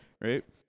right